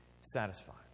satisfied